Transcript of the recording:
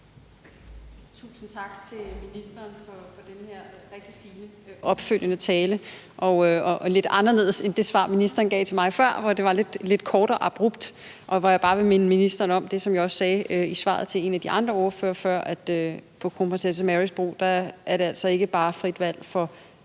Tusind tak til ministeren for den her rigtig fine opfølgende tale. Den var lidt anderledes end det svar, ministeren gav til mig før. Det var lidt kort og abrupt. Jeg vil bare minde ministeren om det, som jeg også sagde i svaret til en af de andre ordførere, nemlig at på Kronprinsesse Marys Bro er det altså ikke bare frit valg for